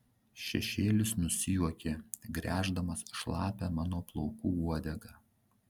šešėlis nusijuokė gręždamas šlapią mano plaukų uodegą